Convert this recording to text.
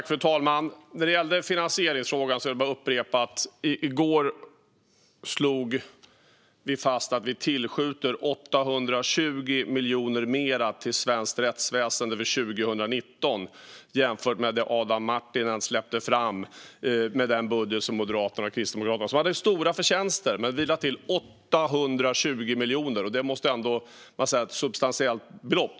Fru talman! När det gäller finansieringsfrågan är det bara att upprepa att vi i går slog fast att vi tillskjuter 820 miljoner mer till svenskt rättsväsen för 2019 jämfört med Moderaternas och Kristdemokraternas budget, som Adam Marttinen släppte fram. Den hade stora förtjänster. Men vi lade till 820 miljoner. Det måste ändå sägas vara ett substantiellt belopp.